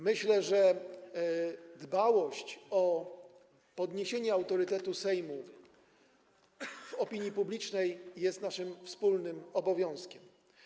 Myślę, że dbałość o podniesienie autorytetu Sejmu wśród opinii publicznej jest naszym wspólnym obowiązkiem.